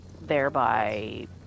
thereby